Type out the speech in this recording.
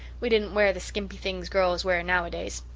we didn't wear the skimpy things girls wear nowadays.